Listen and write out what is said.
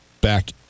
back